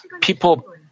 people